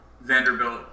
Vanderbilt